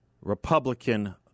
Republican